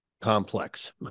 complex